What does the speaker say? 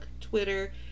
Twitter